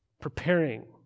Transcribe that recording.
preparing